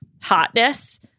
hotness